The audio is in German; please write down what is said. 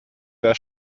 der